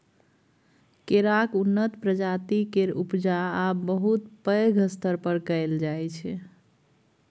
केराक उन्नत प्रजाति केर उपजा आब बहुत पैघ स्तर पर कएल जाइ छै